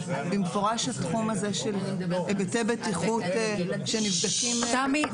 במפורש התחום הזה של היבטי בטיחות שנבדקים --- תמי,